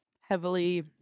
heavily